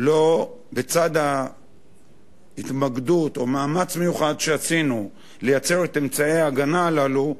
בצד ההתמקדות או מאמץ מיוחד שעשינו לייצר את אמצעי ההגנה הללו,